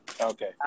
Okay